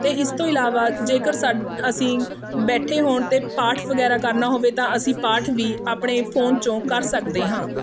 ਅਤੇ ਇਸ ਤੋਂ ਇਲਾਵਾ ਜੇਕਰ ਸਾਡ ਅਸੀਂ ਬੈਠੇ ਹੋਣ ਅਤੇ ਪਾਠ ਵਗੈਰਾ ਕਰਨਾ ਹੋਵੇ ਤਾਂ ਅਸੀਂ ਪਾਠ ਵੀ ਆਪਣੇ ਫੋਨ 'ਚੋਂ ਕਰ ਸਕਦੇ ਹਾਂ